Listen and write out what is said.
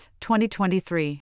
2023